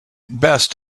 best